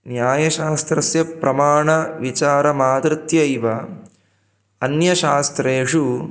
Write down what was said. न्यायशास्त्रस्य प्रमाणविचारमादृत्यैव अन्यशास्त्रेषु